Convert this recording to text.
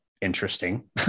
interesting